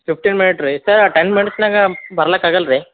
fifteen minute ರೀ ಸರ್ರ ten ಮಿನಿಟ್ಸ್ನಾಗೆ ಬರ್ಲಿಕ್ ಆಗಲ್ವ ರೀ